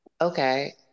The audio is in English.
Okay